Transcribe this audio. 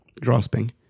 grasping